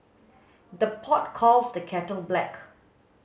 the pot calls the kettle black